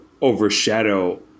overshadow